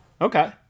Okay